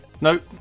Nope